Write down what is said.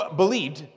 believed